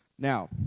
Now